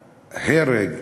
להרג,